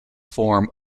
form